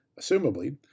assumably